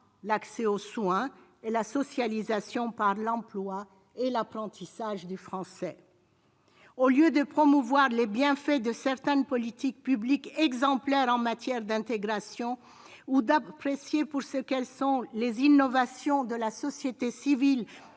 d'accès aux soins et de socialisation par l'emploi et l'apprentissage du français. Au lieu de promouvoir les bienfaits de certaines politiques publiques exemplaires en matière d'intégration, ou d'apprécier pour ce qu'elles sont les innovations de la société civile